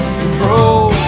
control